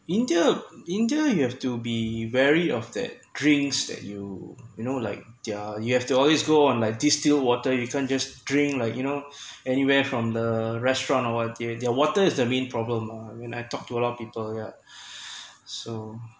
india india you have to be very of that drinks that you know like their you have to always go on like this still water you can just drink like you know anywhere from the restaurant or what their their water is the main problem uh when I talk to a lot of people yeah so